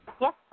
Yes